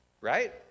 right